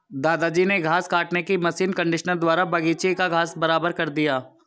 दादाजी ने घास काटने की मशीन कंडीशनर द्वारा बगीची का घास बराबर कर दिया